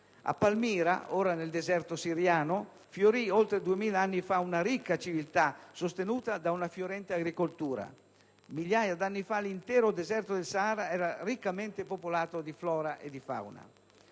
A Palmira, ora nel deserto siriano, fiorì oltre duemila anni fa una ricca civiltà sostenuta da una fiorente agricoltura. Migliaia d'anni fa l'intero deserto del Sahara era riccamente popolato di flora e fauna.